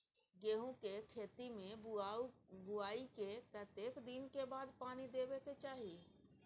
गेहूँ के खेती मे बुआई के कतेक दिन के बाद पानी देबै के चाही?